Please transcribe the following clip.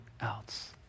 else